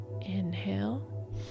inhale